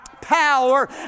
power